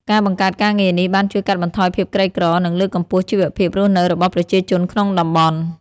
ការបង្កើតការងារនេះបានជួយកាត់បន្ថយភាពក្រីក្រ និងលើកកម្ពស់ជីវភាពរស់នៅរបស់ប្រជាជនក្នុងតំបន់។